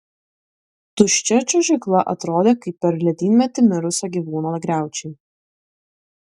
tuščia čiuožykla atrodė kaip per ledynmetį mirusio gyvūno griaučiai